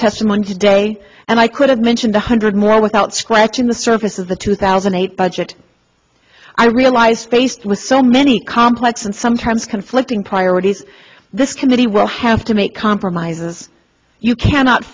testimony today and i could have mentioned a hundred more without scratching the surface is the two thousand and eight budget i realize faced with so many complex and sometimes conflicting priorities this committee will have to make compromises you cannot